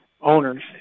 owners